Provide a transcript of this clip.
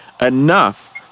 enough